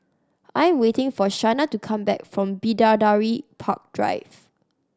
I'm waiting for Shana to come back from Bidadari Park Drive